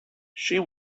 she